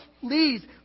please